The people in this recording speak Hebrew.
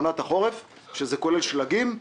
אצלנו באופן יחסי זה פשוט.